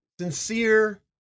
sincere